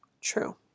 True